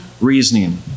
reasoning